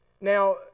Now